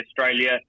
Australia